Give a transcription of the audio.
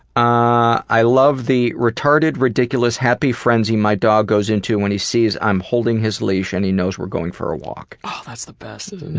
i love the retarded, ridiculous, happy frenzy my dog goes into when he sees i'm holding his leash and he knows we're going for a walk. aww, that's the best isn't it?